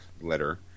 letter